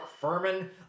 Furman